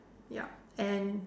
yup and